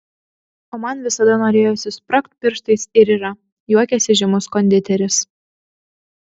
o man visada norėjosi spragt pirštais ir yra juokiasi žymus konditeris